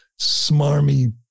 smarmy